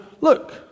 look